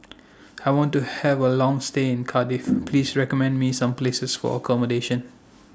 I want to Have A Long stay in Cardiff Please recommend Me Some Places For accommodation